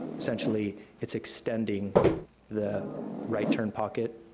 essentially, it's extending the right turn pocket,